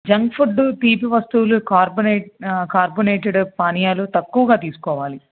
junk food తీపి వస్తువులు కార్బోనే కార్బోనేటెడ్ పానియాలు తక్కువగా తీసుకోస్కోవాలి